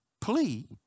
plea